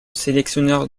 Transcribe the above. sélectionneur